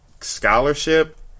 scholarship